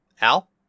Al